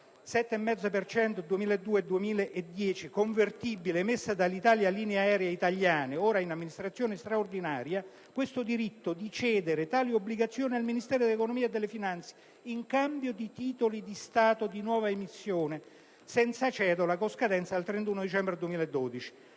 cento 2002-2010 convertibile», emesso da Alitalia linee aree italiane, ora in amministrazione straordinaria, il diritto di cedere tale obbligazione al Ministero dell'economia e delle finanze in cambio di titoli di Stato di nuova emissione senza cedola con scadenza al 31 dicembre 2012.